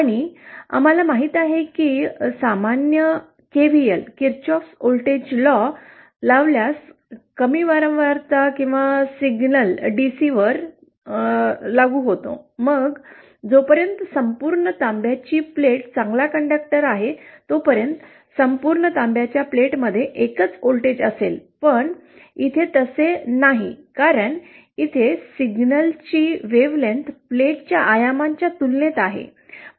आणि आम्हाला माहीत आहे की सामान्य केव्हीएल किर्चॉफचा voltage KVL Kirchhoffs voltage law कायदा लावल्यास कमी वारंवारता सिग्नल किंवा डीसी वर मग जोपर्यंत संपूर्ण तांब्याची प्लेट चांगला कंडक्टर आहे तोपर्यंत संपूर्ण तांब्याच्या प्लेटमध्ये एकच व्होल्टेज असेल पण इथे तसे नाही कारण इथे सिग्नलची तरंगलांबी प्लेटच्या आयामांच्या तुलनेत आहे